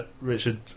Richard